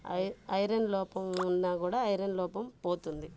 I iron లోపం ఉన్నా కూడా ఐరన్ లోపం పోతుంది